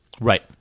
Right